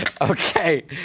Okay